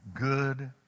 Good